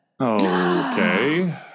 okay